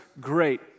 great